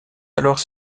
alors